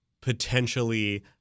potentially